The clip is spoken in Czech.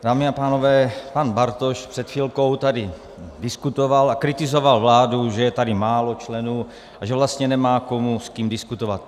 Dámy a pánové, pan Bartoš před chvilkou tady diskutoval a kritizoval vládu, že je tady málo členů a že vlastně nemá s kým diskutovat.